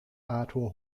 arthur